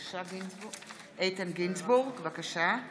מצביע אבי דיכטר, מצביע צבי